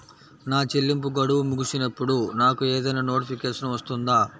నా చెల్లింపు గడువు ముగిసినప్పుడు నాకు ఏదైనా నోటిఫికేషన్ వస్తుందా?